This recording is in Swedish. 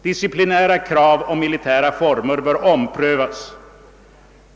Disciplinära krav och militära former bör omprövas.